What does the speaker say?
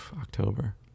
october